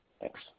Thanks